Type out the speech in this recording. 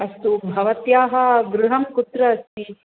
अस्तु भवत्याः गृहं कुत्र अस्ति